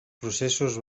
processos